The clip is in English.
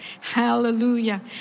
Hallelujah